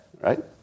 right